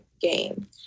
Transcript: game